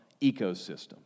ecosystem